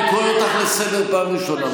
בין שני הרים גבוהים, מה אני יכול לעשות, אנא.